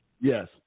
Yes